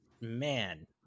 man